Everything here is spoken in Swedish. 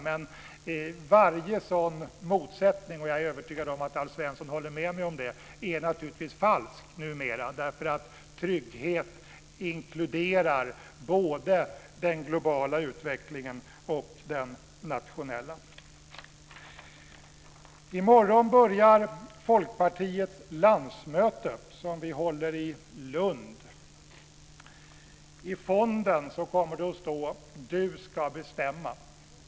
Men varje sådan motsättning - och jag är övertygad om att Alf Svensson håller med mig om det - är naturligtvis numera falsk, eftersom trygghet inkluderar både den globala utvecklingen och den nationella. I morgon börjar Folkpartiets landsmöte som vi håller i Lund. I fonden kommer det att stå: Du ska bestämma.